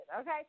Okay